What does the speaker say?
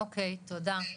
תודה.